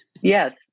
Yes